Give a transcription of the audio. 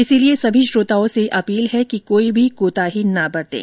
इसलिए सभी श्रोताओं से अपील है कि कोई भी कोताही न बरतें